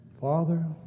Father